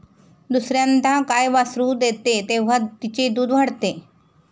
दुसर्यांदा गाय वासरू देते तेव्हा तिचे दूध वाढते